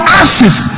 ashes